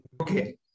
Okay